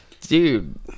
Dude